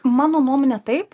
mano nuomone taip